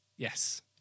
Yes